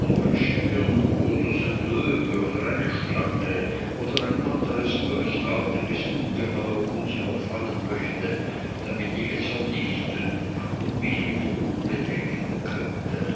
und wünschte mir nur daß ein löwe oder eine schlange oder ein anderes bösartiges ungeheuer uns überfallen möchte damit ich es vernichten und mich mit ruhm bedecken könnte